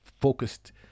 focused